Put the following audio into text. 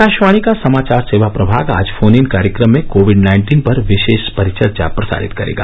आकाशवाणी का समाचार सेवा प्रभाग आज फोन इन कार्यक्रम में कोविड नाइन्टीन पर विशेष परिचर्चा प्रसारित करेगा